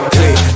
Click